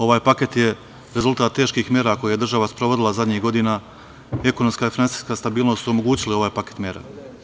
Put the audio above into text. Ovaj paket je rezultat teških mera koje je država sprovodila zadnjih godina, ekonomska i finansijska stabilnost su omogućile ovaj paket mera.